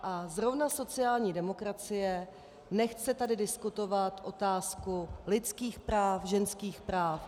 A zrovna sociální demokracie nechce tady diskutovat otázku lidských práv, ženských práv.